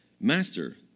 Master